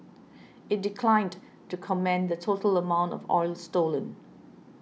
it declined to say the total amount of oil stolen